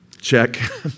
Check